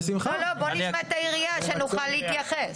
לא, לא, בואו נשמע את העירייה, שנוכל להתייחס.